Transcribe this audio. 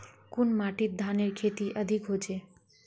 कुन माटित धानेर खेती अधिक होचे?